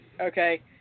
Okay